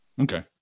Okay